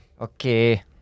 Okay